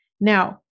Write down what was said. Now